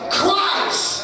Christ